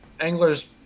anglers